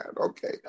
Okay